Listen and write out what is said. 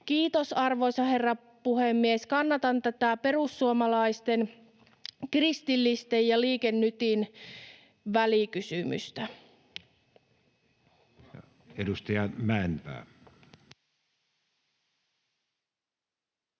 Kiitos, arvoisa herra puhemies! Kannatan tätä perussuomalaisten, kristillisten ja Liike Nytin välikysymystä. [Speech